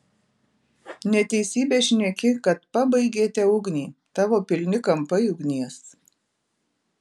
neteisybę šneki kad pabaigėte ugnį tavo pilni kampai ugnies